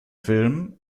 filmen